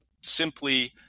simply